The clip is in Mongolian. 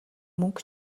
мөнгө